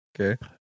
Okay